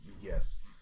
Yes